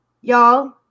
y'all